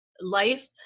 life